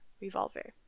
revolver